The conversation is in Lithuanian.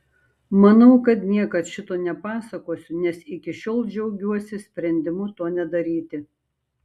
manau kad niekad šito nepasakosiu nes iki šiol džiaugiuosi sprendimu to nedaryti